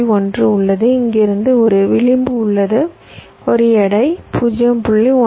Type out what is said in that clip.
1 உள்ளது இங்கிருந்து ஒரு விளிம்பு உள்ளது ஒரு எடை 0